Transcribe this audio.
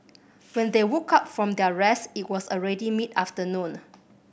when they woke up from their rest it was already mid afternoon